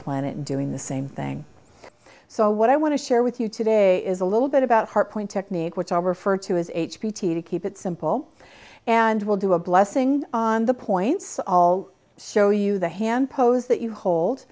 planet doing the same thing so what i want to share with you today is a little bit about heart point technique which i'll refer to as h p t to keep it simple and will do a blessing on the points all show you the hand pose that you hold